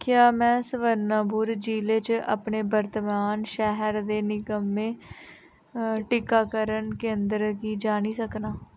क्या में सुबर्णापुर जि'ले च अपने वर्तमान शैह्र दे नेड़में टीकाकरण केंद्र गी जानी सकनां